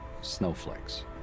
Snowflakes